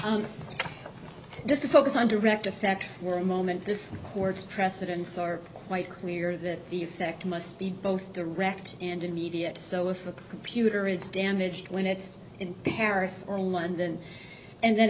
yes just to focus on direct effect for a moment this court's precedents are quite clear that the effect must be both direct and immediate so if a computer is damaged when it's in paris or london and then